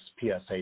PSA